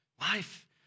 Life